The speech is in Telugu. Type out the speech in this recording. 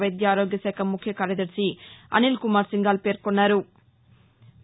వైద్య ఆరోగ్యశాఖ ముఖ్య కార్యదర్శి అనిల్కుమార్ సింఘాల్ తెలిపారు